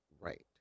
right